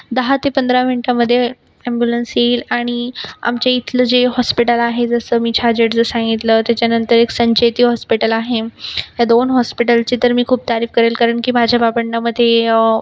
दहा ते पंधरा मिंटामध्ये ॲम्बुलन्स येईल आणि आमच्या इथलं जे हॉस्पिटल आहे जसं मी छाजेडचं सांगितलं त्याच्यानंतर एक संचेती हॉस्पिटल आहे ह्या दोन हॉस्पिटलचे तर मी खूप तारीफ करेल कारण की माझ्या बाबांना मध्ये